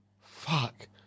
Fuck